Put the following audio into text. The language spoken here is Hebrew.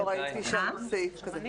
אני לא ראיתי שום סעיף כזה,